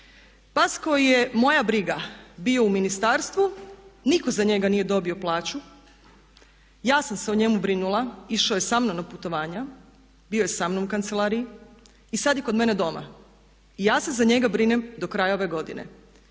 pas koji je moja briga bio u ministarstvu, nitko za njega nije dobio plaću. Ja sam se o njemu brinula, išao je sa mnom na putovanja, bio je sa mnom u kancelariji i sad je kod mene doma i ja se za njega brinem do kraja ove godine.